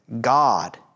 God